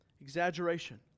Exaggeration